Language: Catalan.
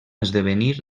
esdevenir